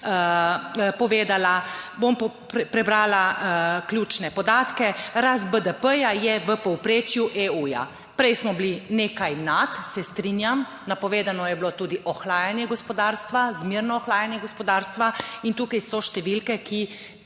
povedala. Bom prebrala ključne podatke, rast BDP, ja, je v povprečju EU. Prej smo bili nekaj nad, se strinjam, napovedano je bilo tudi ohlajanje gospodarstva, zmerno ohlajanje gospodarstva in tukaj so številke, ki